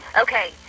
Okay